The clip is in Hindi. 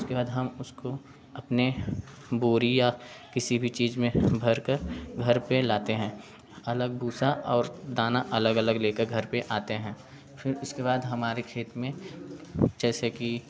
उसके बाद हम उसको अपने बोरी या किसी भी चीज़ में भर कर घर पर लाते हैं अलग भूंसा और दाना अलग अलग लेकर घर पर आते हैं फिर इसके बाद हमारे खेत में जैसे कि